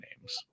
names